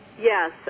Yes